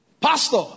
Pastor